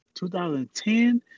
2010